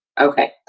Okay